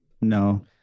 No